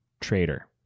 trader